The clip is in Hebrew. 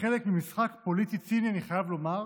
כחלק ממשחק פוליטי ציני, אני חייב לומר,